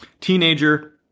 teenager